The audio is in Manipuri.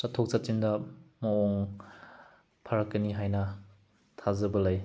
ꯆꯠꯊꯣꯛ ꯆꯠꯁꯤꯟꯗ ꯃꯑꯣꯡ ꯐꯔꯛꯀꯅꯤ ꯍꯥꯏꯅ ꯊꯥꯖꯕ ꯂꯩ